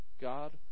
God